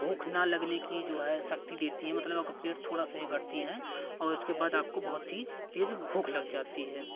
भूख न लगने की जो है सक्ति देती हैं मतलब आपका पेट थोड़ा से ही भरती हैं और उसके बाद आपको बहुत ही तेज़ भूख लग जाती है